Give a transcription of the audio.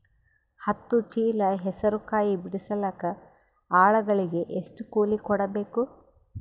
ಹತ್ತು ಚೀಲ ಹೆಸರು ಕಾಯಿ ಬಿಡಸಲಿಕ ಆಳಗಳಿಗೆ ಎಷ್ಟು ಕೂಲಿ ಕೊಡಬೇಕು?